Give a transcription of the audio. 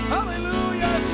Hallelujah